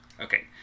Okay